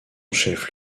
chef